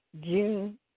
June